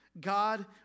God